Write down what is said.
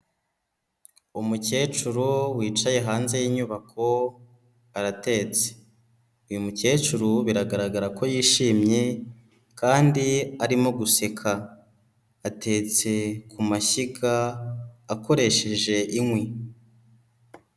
Umukecuru wicaye hanze y'inyubako aratetse. Uyu mukecuru biragaragara ko yishimye kandi arimo guseka, atetse ku mashyiga akoresheje inkwi.